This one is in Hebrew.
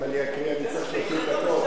אם אני אקריא אני צריך 30 דקות.